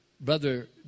Brother